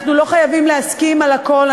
אנחנו לא חייבים להסכים על הכול,